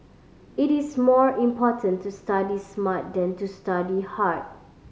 it is more important to study smart than to study hard